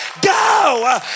go